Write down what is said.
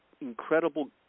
incredible